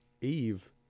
Eve